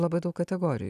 labai daug kategorijų